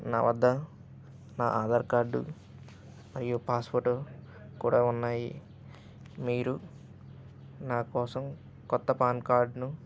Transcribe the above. నా వద్ద నా ఆధార్ కార్డు మరియు పాస్పోస్ట్ కూడా ఉన్నాయి మీరు నా కోసం కొత్త పాన్ కార్డ్ను